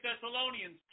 Thessalonians